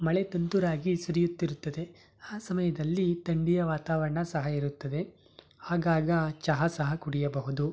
ಮಳೆ ತುಂತುರಾಗಿ ಸುರಿಯುತ್ತಿರುತ್ತದೆ ಆ ಸಮಯದಲ್ಲಿ ಥಂಡಿಯ ವಾತಾವರಣ ಸಹ ಇರುತ್ತದೆ ಆಗಾಗ ಚಹಾ ಸಹ ಕುಡಿಯಬಹುದು